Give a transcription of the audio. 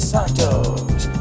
Santos